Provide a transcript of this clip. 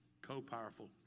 Co-powerful